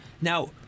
Now